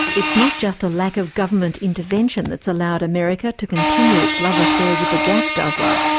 it's not just a lack of government intervention that's allowed america to continue its love affair with the gas guzzler.